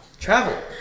Travel